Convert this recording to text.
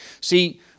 See